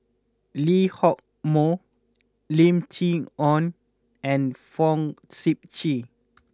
Lee Hock Moh Lim Chee Onn and Fong Sip Chee